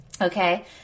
okay